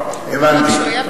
טוב, הבנתי.